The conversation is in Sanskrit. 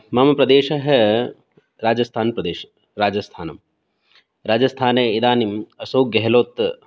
मम प्रदेशः राजस्थानप्रदेशः राजस्थानम् राजस्थाने इदानीम् अशोक् गेहलोत्